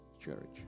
church